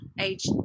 age